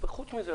חוץ זה,